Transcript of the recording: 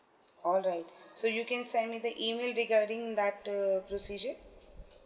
all right so you can send me the email regarding that uh procedure